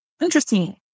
Interesting